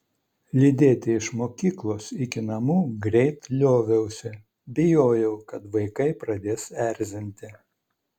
lydėti iš mokyklos iki namų greit lioviausi bijojau kad vaikai pradės erzinti